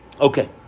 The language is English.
Okay